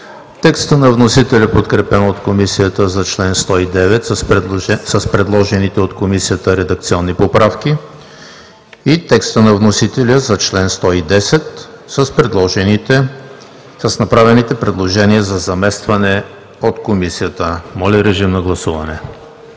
текста на вносителя, подкрепен от Комисията, за чл. 109 с предложените от Комисията редакционни поправки и текста на вносителя за чл. 110 с направените предложения за заместване от Комисията. Гласували